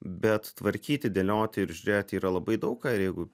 bet tvarkyti dėlioti ir žiūrėti yra labai daug ką ir jeigu